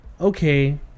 okay